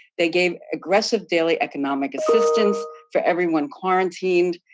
they gave aggressive daily economic assistance for everyone quarantined.